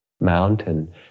mountain